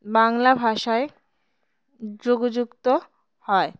বাংলা ভাষায় যোগযুক্ত হয়